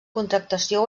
contractació